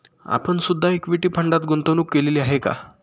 आपण सुद्धा इक्विटी फंडात गुंतवणूक केलेली आहे का?